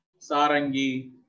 Sarangi